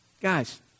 Guys